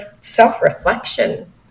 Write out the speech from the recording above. self-reflection